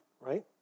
right